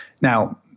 Now